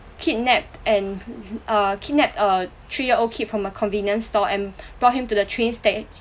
kidnapped and err kidnap a three year old kid from a convenience store and brought him to the train sta~